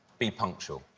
be punctual.